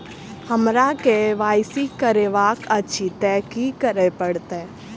हमरा केँ Y C करेवाक अछि तऽ की करऽ पड़तै?